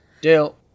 Dale